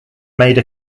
made